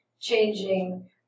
changing